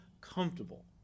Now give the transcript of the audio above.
comfortable